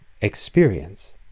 experience